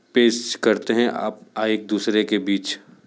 पेश करते हैं आप आए एक दूसरे के बीच